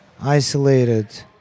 isolated